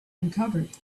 uncovered